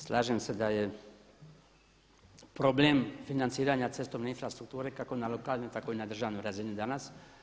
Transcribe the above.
Slažem se da je problem financiranja cestovne infrastrukture kako na lokalnoj, tako i na državnoj razini danas.